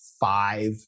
five